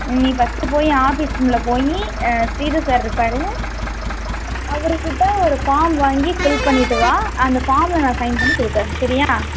நீ ஃபஸ்ட்டு போய் ஆஃபீஸ் ரூமில் போய் ஸ்ரீதர் சார் இருப்பார் அவருக்கிட்ட ஒரு ஃபார்ம் வாங்கி ஃபில் பண்ணிகிட்டு வா அந்த ஃபார்மில் நான் சைன் பண்ணி கொடுக்கறேன் சரியா